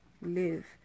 live